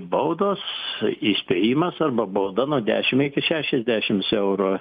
baudos įspėjimas arba bauda nuo dešimt iki šešiasdešimts eurų